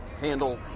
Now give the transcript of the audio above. handle